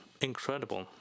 incredible